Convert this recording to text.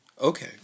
Okay